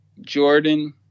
Jordan